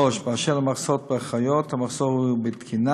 3. באשר למחסור באחיות, המחסור הוא בתקינה.